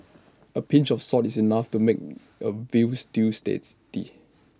A pinch of salt is enough to make A veal stew's tasty